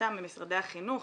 בשלמותם הם משרדי החינוך,